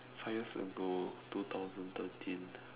five years ago two thousand thirteen